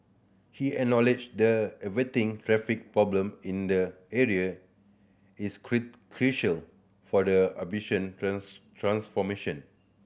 he acknowledged the averting traffic problem in the area is crucial for the ambition transformation